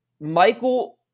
Michael